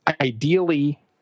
Ideally